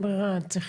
ח.נ.: